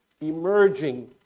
emerging